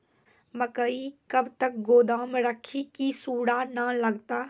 मकई कब तक गोदाम राखि की सूड़ा न लगता?